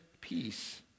peace